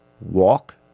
walk